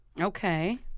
Okay